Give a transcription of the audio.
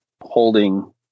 holding